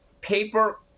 paper